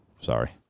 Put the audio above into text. Sorry